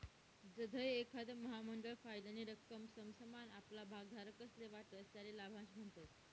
जधय एखांद महामंडळ फायदानी रक्कम समसमान आपला भागधारकस्ले वाटस त्याले लाभांश म्हणतस